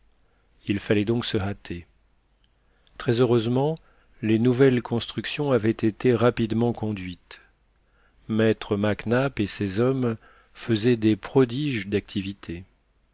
il fallait donc se hâter très heureusement les nouvelles constructions avaient été rapidement conduites maître mac nap et ses hommes faisaient des prodiges d'activité